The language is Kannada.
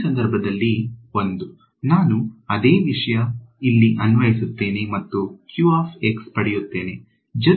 ಈ ಸಂದರ್ಭದಲ್ಲಿ 1 ನಾನು ಅದೇ ವಿಷಯ ಇಲ್ಲಿ ಅನ್ವಯಿಸುತ್ತೇನೆ ಮತ್ತು ಪಡೆಯುತ್ತೇನೆ ಜೊತೆಗೆ ನನ್ನ ಬಳಿ ಸ್ವಲ್ಪ ಉಳಿದಿದೆ